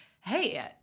hey